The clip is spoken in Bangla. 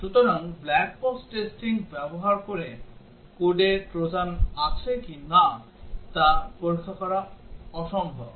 সুতরাং ব্ল্যাক বক্স টেস্টিং ব্যবহার করে কোডে ট্রোজান আছে কিনা তা পরীক্ষা করা অসম্ভব